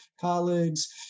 colleagues